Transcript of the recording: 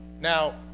Now